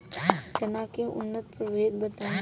चना के उन्नत प्रभेद बताई?